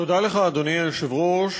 תודה לך, אדוני היושב-ראש.